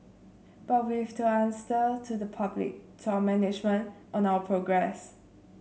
but we've to answer to the public to our management on our progress